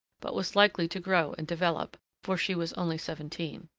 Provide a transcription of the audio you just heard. but was likely to grow and develop, for she was only seventeen.